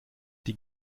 die